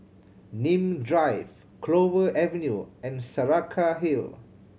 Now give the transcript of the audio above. Nim Drive Clover Avenue and Saraca Hill